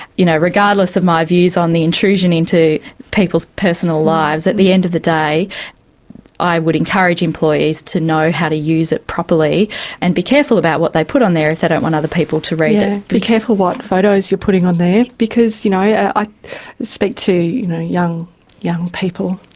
you know regardless of my views on the intrusion into people's personal lives, at the end of the day i would encourage employees to know how to use it properly and be careful about what they put on there if they don't want other people to read it. yes, be careful what photos you're putting on there because, you know i speak to young young people